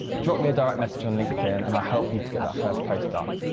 drop me a direct message on linkedin and i'll help you to get that first post done.